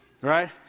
Right